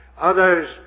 Others